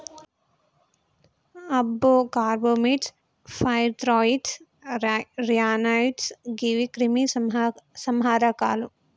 అబ్బో carbamates, pyrethroids, ryanoids గీవి క్రిమి సంహారకాలు